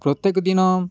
ପ୍ରତ୍ୟେକ ଦିନ